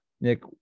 Nick